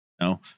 No